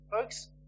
folks